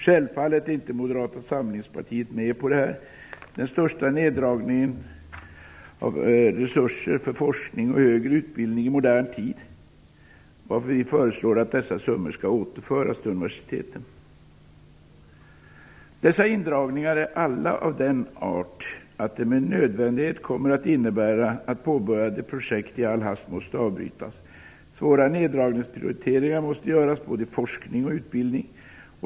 Självfallet är inte Moderata samlingspartiet med på detta - den största neddragningen av resurser till forskning och högre utbildning i modern tid. Därför föreslår vi att de här summorna skall återföras till universiteten. Dessa indragningar är alla av den arten att de med nödvändighet kommer att innebära att påbörjade projekt i all hast måste avbrytas. Svåra neddragningsprioriteringar måste göras både i forskning och i utbildning.